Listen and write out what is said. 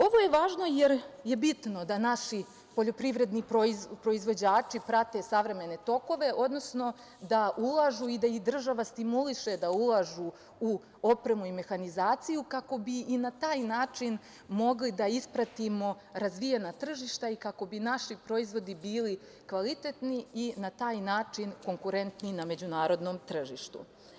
Ovo je važno jer je bitno da naši poljoprivredni proizvođači prate savremene tokove, odnosno da ulažu i da ih država stimuliše da ulažu u opremu i mehanizaciju kako bi i na taj način mogli da ispratimo razvijena tržišta i kako bi naši proizvodi bili kvalitetniji i na taj način konkurentniji na međunarodnom tržištu.